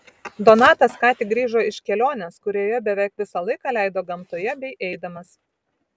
donatas ką tik grįžo iš kelionės kurioje beveik visą laiką leido gamtoje bei eidamas